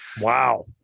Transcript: Wow